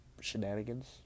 shenanigans